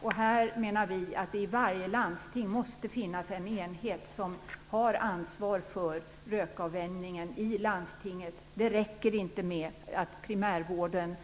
Vi menar att det i varje landsting måste finnas en enhet som har ansvar för rökavvänjningen i landstinget. Det räcker inte med att primärvården